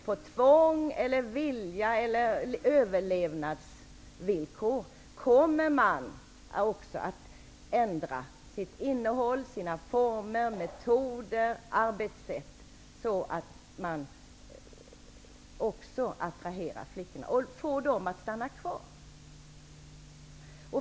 Av tvång, vilja eller överlevnadsvillkor kommer man att ändra sitt innehåll, sina former, metoder och arbetssätt, så att man också attraherar flickorna och får dem att stanna kvar.